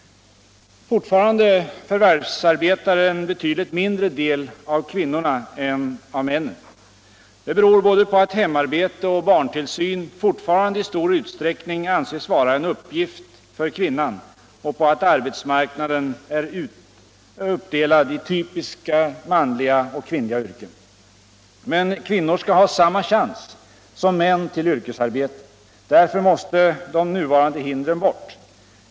Fortfarande förvärvsarbetar en betydligt mindre del av kvinnorna än av männen. Det beror både på att hemarbete och barntillsyn fortfarande i stor utsträckning anses vara en uppgift för kvinnan och på att arbetsmarknaden är uppdelad i typiskt manliga och kvinnliga yrken. Men kvinnor skall ha samma chans som män till yrkesarbete. Därför mäåste de nuvarande hindren bort.